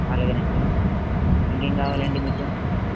అలాగే అండి ఇంకేం కావాలండి మీకు